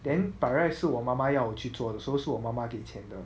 then by right 是我妈妈要我去做的是妈妈给钱的